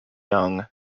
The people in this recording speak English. young